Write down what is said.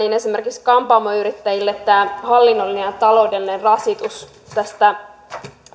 esimerkiksi kampaamoyrittäjille tämä hallinnollinen ja taloudellinen rasitus tästä